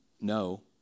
no